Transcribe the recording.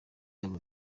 abo